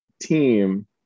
team